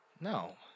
No